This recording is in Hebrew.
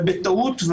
ובטעות,